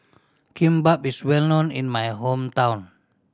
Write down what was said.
kimbap is well known in my hometown